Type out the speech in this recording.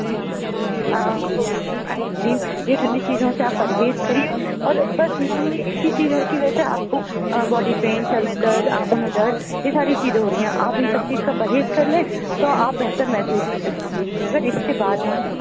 کول drink ice cream یہ ٹھندی چیزوں سے آپ پرہیز کریے اور بس نارملی ایک ہی چیز کی وجہ سے آپ کو باڈی پین سر میں درد آنکھوں میں درد یہ ساری چیزیں ہو رہی ہیں آپ اِن سب چیز کا پرہیز کر لیں تو آپ بہتر محسوس کریں گی اگر اِس کے بعد بھی